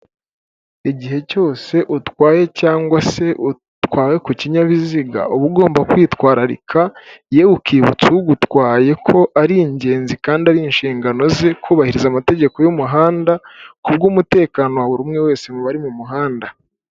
Igihe cyose utwaye cyangwa se utwawe ku kinyabiziga, uba ugomba kwitwararika, yewe ukibutsa ugutwaye ko ari ingenzi kandi ari inshingano ze, kubahiriza amategeko y'umuhanda, kubw'umutekano wa buri umwe wese mu bari mu muhanda.